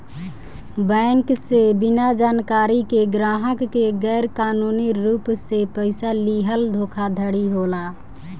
bank से बिना जानकारी के ग्राहक के गैर कानूनी रूप से पइसा लीहल धोखाधड़ी होला